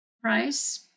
price